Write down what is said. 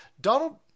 Donald